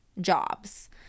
jobs